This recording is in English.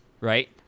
right